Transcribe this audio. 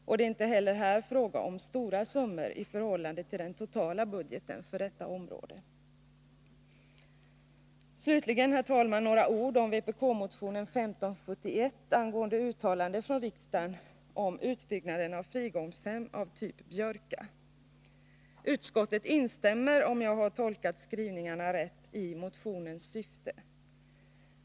Och det är inte heller här fråga om stora summor i förhållande till den totala budgeten för detta område. Slutligen, herr talman, några ord om vpk-motionen 1571 angående uttalande från riksdagen om utbyggnaden av frigångshem av typ Björka. Utskottet instämmer, om jag har tolkat skrivningarna rätt, i motionens syfte.